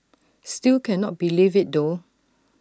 still cannot believe IT though